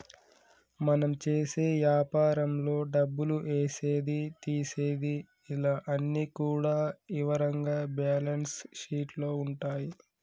మనం చేసే యాపారంలో డబ్బులు ఏసేది తీసేది ఇలా అన్ని కూడా ఇవరంగా బ్యేలన్స్ షీట్ లో ఉంటాయి